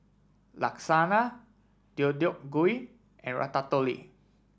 Lasagna Deodeok Gui and Ratatouille